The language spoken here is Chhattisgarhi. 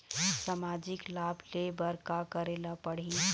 सामाजिक लाभ ले बर का करे ला पड़ही?